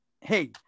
hey